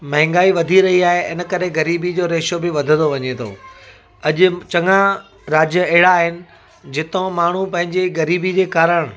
महांगाई वधी रही आहे इनकरे ग़रीबी जो रेशियो बि वधंदो वञे थो अॼु चङा राज्य अहिड़ा आहिनि जितां माण्हू पंहिंजी ग़रीबी जे कारण